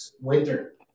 winter